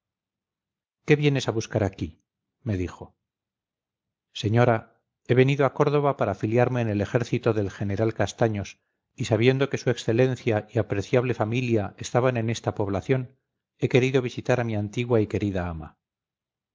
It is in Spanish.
qué vienes a buscar aquí me dijo señora he venido a córdoba para afiliarme en el ejército del general castaños y sabiendo que su excelencia y apreciable familia estaban en esta población he querido visitar a mi antigua y querida ama